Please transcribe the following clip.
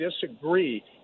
disagree